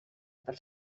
per